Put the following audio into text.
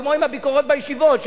כמו עם הביקורות בישיבות,